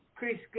Chris